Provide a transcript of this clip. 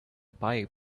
pipe